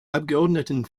abgeordneten